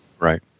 Right